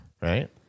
Right